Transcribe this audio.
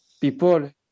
people